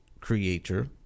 creator